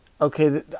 Okay